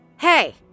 Hey